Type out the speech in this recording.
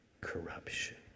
corruption